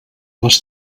les